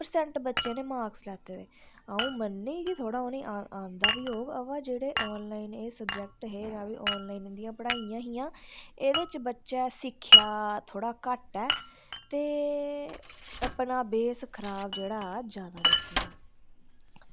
percent बच्चे नै marks लैते दे अंऊ मन्ननी बी कि उनेंगी आंदा बी होग पर जेह्ड़े ऑनलाइन एह् जेह्ड़े सब्जैक्ट हे जां ऑनलाइन जेह्ड़ियां पढ़ाइयां हियां एह्दे च बच्चें सिक्खेआ थोह्ड़ा घट्ट ऐ ते अपना बेस जेह्ड़ा सारा खराब कीता